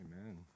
Amen